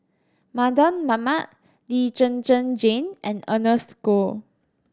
Mardan Mamat Lee Zhen Zhen Jane and Ernest Goh